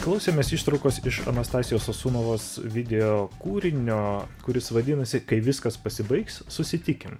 klausėmės ištraukos iš anastasijos sosunovos video kūrinio kuris vadinasi kai viskas pasibaigs susitikim